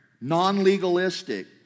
non-legalistic